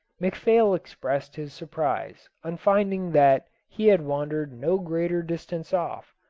mcphail expressed his surprise on finding that he had wandered no greater distance off.